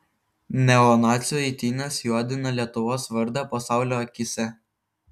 neonacių eitynės juodina lietuvos vardą pasaulio akyse